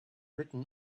written